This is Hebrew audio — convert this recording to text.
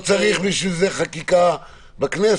אבל לא צריך בשביל זה חקיקה בכנסת.